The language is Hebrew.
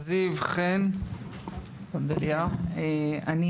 אודליה אסולין דגני.